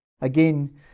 again